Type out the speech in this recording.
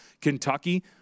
Kentucky